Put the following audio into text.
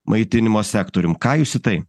maitinimo sektorium ką jūs į tai